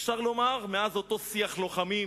אפשר לומר, מאז אותו "שיח לוחמים"